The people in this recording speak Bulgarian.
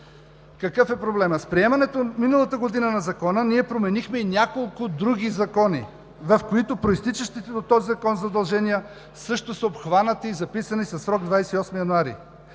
Какъв е проблемът? С приемането миналата година на Закона ние променихме и няколко други закони, в които произтичащите от този закон задължения също са обхванати и записани със срок 28 януари.